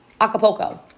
Acapulco